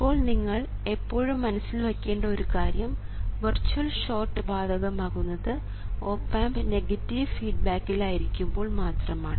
ഇപ്പോൾ നിങ്ങൾ എപ്പോഴും മനസ്സിൽ വയ്ക്കേണ്ട ഒരു കാര്യം വെർച്വൽ ഷോർട്ട് ബാധകമാകുന്നത് ഓപ് ആമ്പ് നെഗറ്റീവ് ഫീഡ്ബാക്കിൽ ആയിരിക്കുമ്പോൾ മാത്രമാണ്